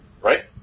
right